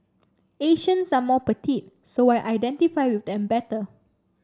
Asians are more petite so I identify with them better